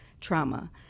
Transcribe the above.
trauma